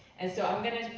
and so i'm gonna,